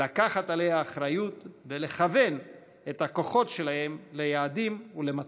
לקחת עליה אחריות ולכוון את הכוחות שלהם ליעדים ולמטרות.